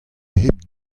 hep